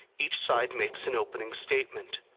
each side makes an opening statement.